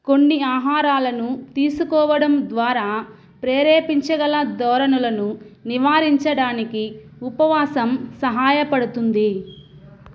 కొన్ని ఆహారాలను తీసుకోవడం ద్వారా ప్రేరేపించగల ధోరణలను నివారించడానికి ఉపవాసం సహాయపడుతుంది